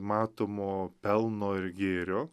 matomo pelno ir gėrio